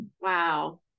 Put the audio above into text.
Wow